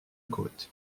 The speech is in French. côte